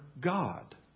God